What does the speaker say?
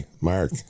Mark